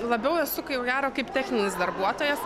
labiau esu kaip gero kaip techninis darbuotojas